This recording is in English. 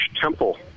temple